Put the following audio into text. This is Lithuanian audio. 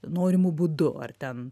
norimu būdu ar ten